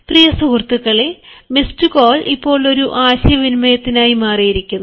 പ്രിയ സുഹൃത്തുക്കളേ മിസ്കോൾ ഇപ്പോൾ ഒരു ആശയവിനിമയമായി മാറിയിരിക്കുന്നു